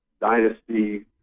dynasty